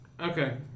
Okay